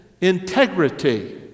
integrity